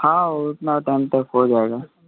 हाँ उतना टाइम तक हो जाएगा